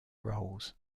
roles